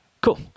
Cool